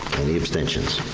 any abstentions?